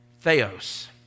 theos